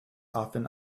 often